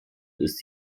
ist